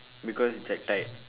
because it's like tight